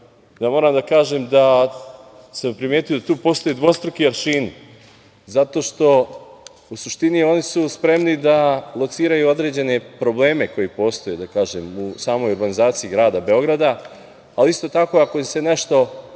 moram da kažem da sam primetio da tu postoje dvostruki aršini. U suštini su oni spremni da lociraju određene probleme koji postoje u samoj organizaciji grada Beograda, ali isto tako ako im se nešto,